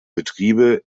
betriebe